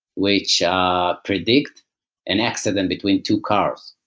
which predict an accident between two cars.